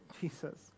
Jesus